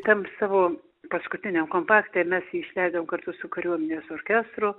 tam savo paskutiniam kompakte mes jį išleidom kartu su kariuomenės orkestru